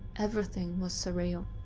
everything was surreal.